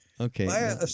Okay